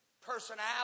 personality